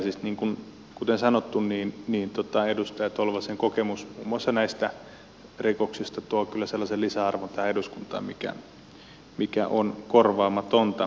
siis kuten sanottu edustaja tolvasen kokemus muun muassa näistä rikoksista tuo kyllä sellaisen lisäarvon tähän eduskuntaan mikä on korvaamatonta